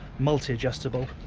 multi-adjustable,